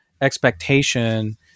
expectation